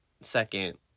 second